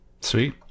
Sweet